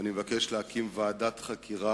ואני מבקש להקים ועדת חקירה,